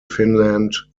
finland